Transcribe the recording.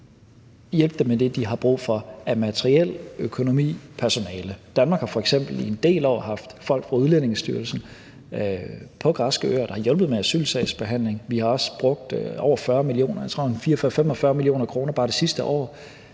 hjælpe dem med det, de har brug for af materiel, økonomi og personale. Danmark har f.eks. i en del år haft folk fra Udlændingestyrelsen på græske øer, der har hjulpet med asylsagsbehandling. Vi har også brugt over 40 mio. kr. – 44-45 mio. kr.